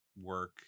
work